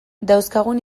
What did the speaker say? dauzkagun